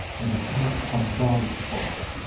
and attack unguarded spots.